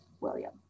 William